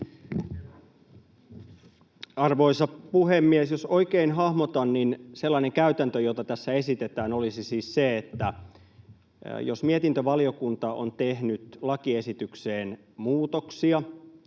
Arvoisa puhemies! Jos oikein hahmotan, niin se käytäntö, jota tässä esitetään, olisi siis se, että jos mietintövaliokunta on tehnyt lakiesitykseen muutoksia